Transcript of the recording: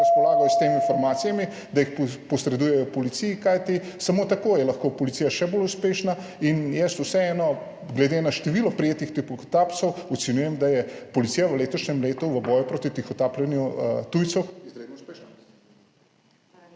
razpolagajo s temi informacijami, da jih posredujejo policiji. Kajti samo tako je lahko policija še bolj uspešna. Jaz vseeno glede na število prijetih tihotapcev ocenjujem, da je policija v letošnjem letu v boju proti tihotapljenju tujcev izredno uspešna.